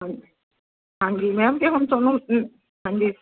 ਹਾਂ ਹਾਂਜੀ ਮੈਮ ਅਤੇ ਹੁਣ ਤੁਹਾਨੂੰ ਹਾਂਜੀ